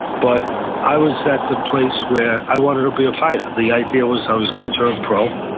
but i was at the place where i wanted to be a fighter. the idea was i was going to turn pro.